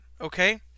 okay